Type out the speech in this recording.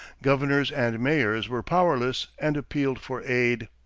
governors and mayors were powerless and appealed for aid.